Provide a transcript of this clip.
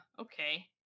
okay